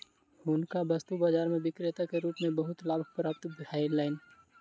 हुनका वस्तु बाजार में विक्रेता के रूप में बहुत लाभ प्राप्त भेलैन